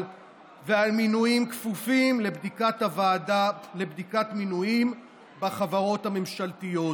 ועל מינויים כפופים לבדיקת הוועדה לבדיקת מינויים בחברות הממשלתיות.